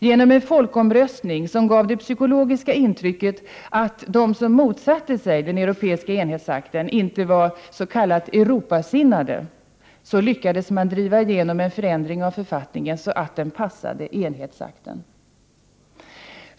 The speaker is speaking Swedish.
Genom en folkomröstning, som gav det psykologiska intrycket av att de som motsatte sig den europeiska enhetsakten inte var Europasinnade, lyckades man driva igenom en förändring av författningen så att den passade enhetsakten.